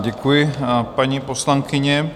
Děkuji, paní poslankyně.